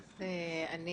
אני